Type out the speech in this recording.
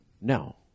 No